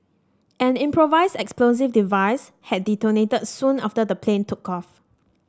an improvised explosive device had detonated soon after the plane took off